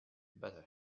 better